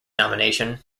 nomination